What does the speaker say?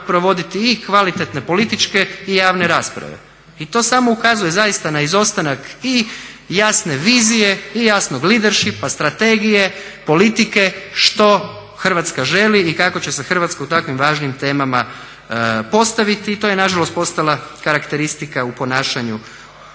i kvalitetne političke i javne rasprave. I to samo ukazuje zaista na izostanak i jasne vizije i jasnog leadershipa, strategije, politike što Hrvatska želi i kako će se Hrvatska u takvim važnim temama postaviti. I to je nažalost postala karakteristika u ponašanju ove